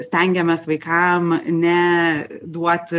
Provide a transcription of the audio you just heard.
stengiamės vaikam ne duoti